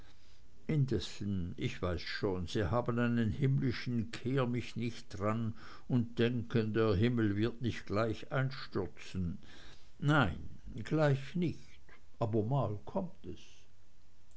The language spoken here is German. ich weiß schon sie haben einen himmlischen kehr mich nicht drang und denken der himmel wird nicht gleich einstürzen nein gleich nicht aber mal kommt es